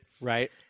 right